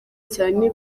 cyane